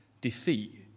defeat